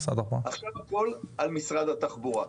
עכשיו הכול על משרד התחבורה.